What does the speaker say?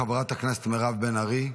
חברת הכנסת מירב בן ארי.